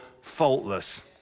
faultless